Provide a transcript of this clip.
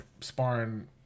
sparring